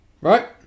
Right